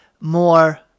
more